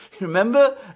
Remember